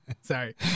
Sorry